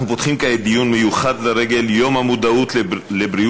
אנחנו פותחים כעת דיון מיוחד לרגל יום המודעות לבריאות,